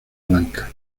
blancas